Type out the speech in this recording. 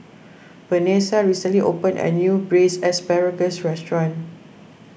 Venessa recently opened a new Braised Asparagus restaurant